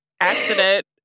accident